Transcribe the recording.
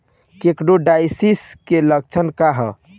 Coccidiosis के लक्षण का ह?